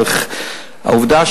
העובדה היא